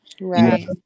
right